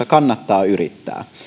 kannattaa yrittää